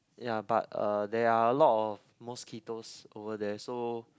ya but uh there are a lot of mosquitoes over there so